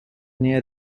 near